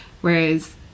whereas